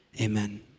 amen